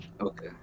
Okay